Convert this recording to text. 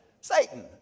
Satan